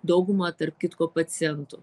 daugumą tarp kitko pacientų